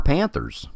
Panthers